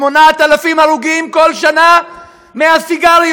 8,000 הרוגים כל שנה מהסיגריות.